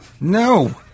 No